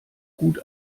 gut